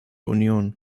union